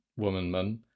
Womanman